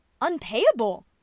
unpayable